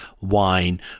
wine